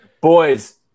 boys